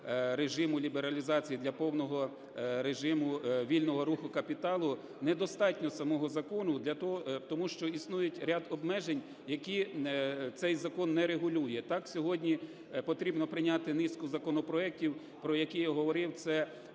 режиму лібералізації, для повного режиму вільного руху капіталу не достатньо самого закону, тому що існують ряд обмежень, які цей закон не регулює. Так сьогодні потрібно прийняти низку законопроектів, про які я говорив, це